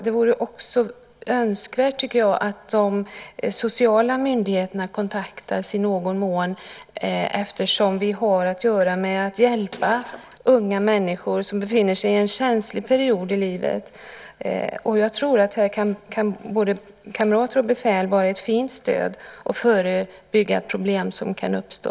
Det vore också önskvärt att de sociala myndigheterna kontaktas i någon mån, eftersom vi har att göra med unga människor som behöver hjälp och som befinner sig i en känslig period i livet. Jag tror att här kan både kamrater och befäl vara ett fint stöd och förebygga problem som kan uppstå.